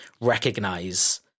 recognize